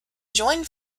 joined